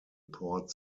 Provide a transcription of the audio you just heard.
port